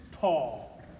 tall